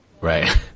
right